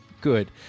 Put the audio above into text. good